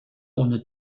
ohne